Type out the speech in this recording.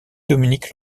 dominique